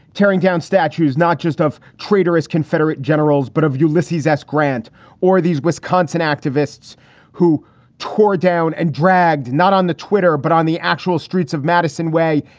tearing down statues, not just of traitors, confederate generals, but of ulysses s. grant or these wisconsin activists who tore down and dragged not on the twitter, but on the actual streets of madison way,